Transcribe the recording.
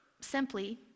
simply